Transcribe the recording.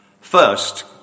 First